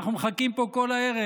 אנחנו מחכים פה כל הערב,